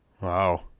Wow